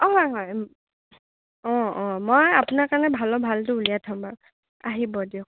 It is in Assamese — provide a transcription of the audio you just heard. অঁ হয় হয় অঁ অঁ মই আপোনাৰ কাৰণে ভালৰ ভালটো উলিয়াই থ'ম বাৰু আহিব দিয়ক